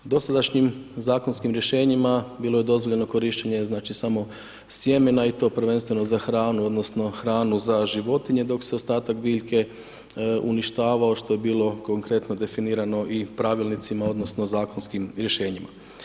Dosadašnjim zakonskim rješenjima bilo je dozvoljeno korištenje znači samo sjemena i to prvenstveno za hranu odnosno hranu za životinje dok se ostatak biljke uništavao što je bilo konkretno definirano i pravilnicima odnosno zakonskim rješenjima.